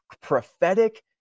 prophetic